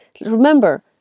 Remember